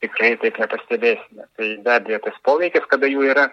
tikrai taip nepastebėsime tai be abejo tas poveikis kada jų yra